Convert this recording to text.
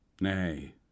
nay